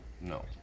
No